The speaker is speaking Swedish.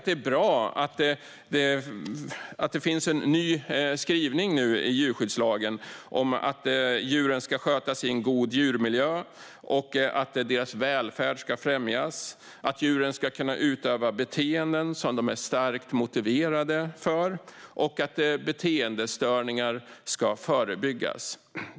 Det är bra att det nu finns en ny skrivning i djurskyddslagen om att djuren ska skötas i en god djurmiljö och att deras välfärd ska främjas, att djuren ska kunna utöva beteenden som de är starkt motiverade för och att beteendestörningar ska förebyggas.